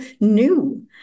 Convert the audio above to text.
new